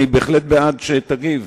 אני בהחלט בעד שתגיב,